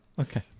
Okay